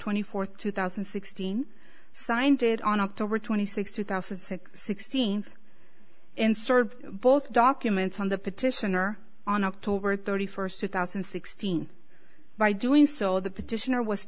twenty fourth two thousand and sixteen signed it on october twenty sixth two thousand and six sixteenth and serve both documents on the petition or on october thirty first two thousand and sixteen by doing so the petitioner w